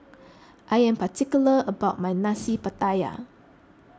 I am particular about my Nasi Pattaya